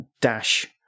dash